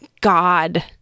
God